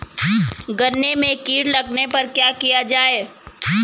गन्ने में कीट लगने पर क्या किया जाये?